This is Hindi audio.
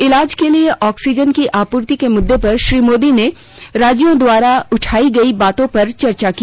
इलाज के लिए ऑक्सीजन की आपूर्ति के मुद्दे पर श्री मोदी ने राज्यों द्वारा उठाई गई बातों पर चर्चा की